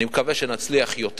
אני מקווה שנצליח יותר.